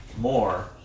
more